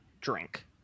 drink